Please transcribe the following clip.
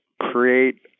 create